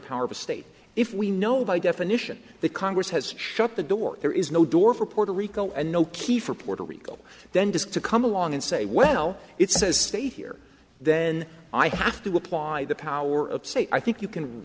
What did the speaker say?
power of a state if we know by definition the congress has shut the door there is no door for puerto rico and no key for puerto rico then disk to come along and say well it says stay here then i have to apply the power of say i think you can